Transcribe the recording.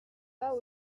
pas